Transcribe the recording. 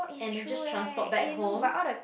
and it just transport back home